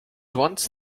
once